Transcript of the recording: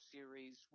Series